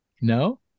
No